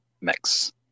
mix